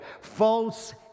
False